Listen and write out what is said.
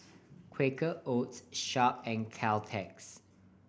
Quaker Oats Sharp and Caltex